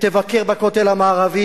תבקר בכותל המערבי,